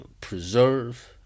preserve